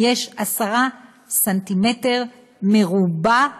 יש עשרה סנטימטרים מרובעים